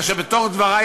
כאשר בתוך דברי